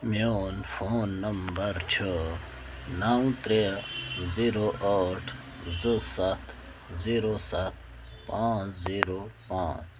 میٛون phone number چھُ نَو ترٛےٚ زیٖرو ٲٹھ زٕ سَتھ زیٖرو سَتھ پانٛژھ زیٖرو پانٛژھ